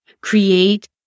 create